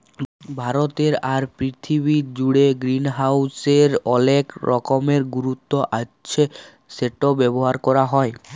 ভারতে আর পীরথিবী জুড়ে গ্রিনহাউসের অলেক রকমের গুরুত্ব আচ্ছ সেটা ব্যবহার ক্যরা হ্যয়